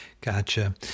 Gotcha